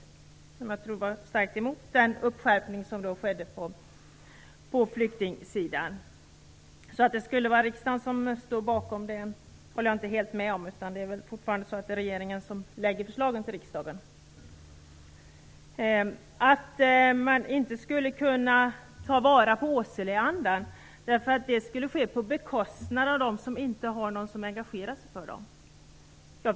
Jag tror att dessa partier var starkt emot den skärpning av reglerna för flyktingar som då skedde. Att riksdagen skulle stå helt bakom detta håller jag alltså inte helt med om - det är väl fortfarande så att regeringen lägger fram förslagen för riksdagen. Jag förstår inte resonemanget att man inte skulle kunna ta vara på Åseleandan därför att detta skulle ske på bekostnad av dem som inte har någon som engagerar sig i dem.